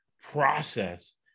process